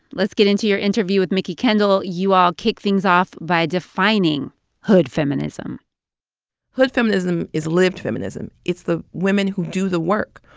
let's get into your interview with mikki kendall. you all kick things off by defining hood feminism hood feminism is lived feminism. it's the women who do the work,